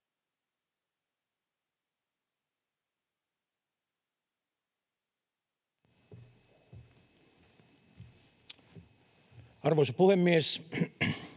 Arvoisa puhemies!